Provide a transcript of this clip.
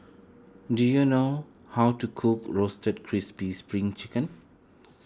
do you know how to cook Roasted Crispy Spring Chicken